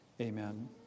Amen